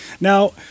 Now